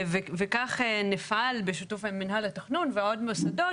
וכך נפעל בשיתוף עם מינהל התכנון ועוד מוסדות,